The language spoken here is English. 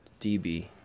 DB